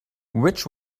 which